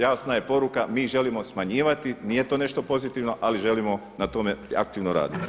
Jasna je poruka, mi želimo smanjivati, nije to nešto pozitivno ali želimo na tome aktivno raditi.